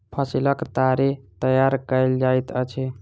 फसीलक ताड़ी तैयार कएल जाइत अछि